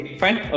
fine